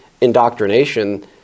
indoctrination